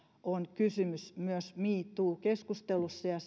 on kysymys myös me too keskustelussa ja